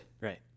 right